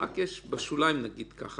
ורק יש בשוליים, כך